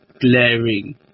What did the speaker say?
glaring